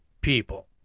People